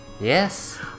Yes